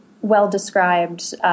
well-described